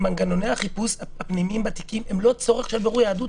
מנגנוני החיפוש הפנימיים בתיקים הם לא צורך של בירור יהדות,